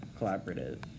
collaborative